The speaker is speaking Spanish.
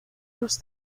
los